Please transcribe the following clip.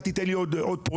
אל תיתן לי עוד פרויקט.